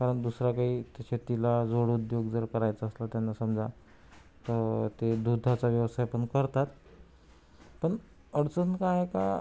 कारण दुसरा काही त्या शेतीला जोडउद्योग जर करायचा असला त्यांना समजा तर ते दुधाचा व्यवसाय पण करतात पण अडचण काय आता